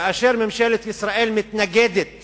כאשר ממשלת ישראל מתנגדת